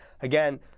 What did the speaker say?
Again